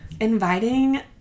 inviting